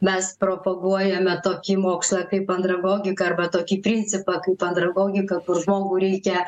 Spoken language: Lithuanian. mes propaguojame tokį mokslą kaip andragogika arba tokį principą kaip andragogika kur žmogų reikia